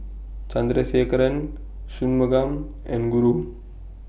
Chandrasekaran Shunmugam and Guru